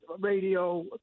radio